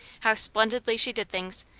how splendidly she did things,